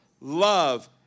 love